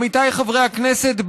עמיתיי חברי הכנסת,